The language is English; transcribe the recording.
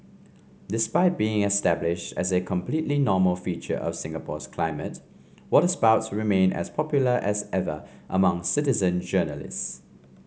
despite being established as a completely normal feature of Singapore's climates waterspouts remain as popular as ever among citizen journalists